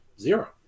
zero